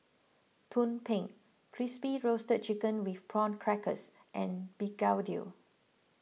Tumpeng Crispy Roasted Chicken with Prawn Crackers and Begedil